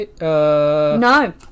No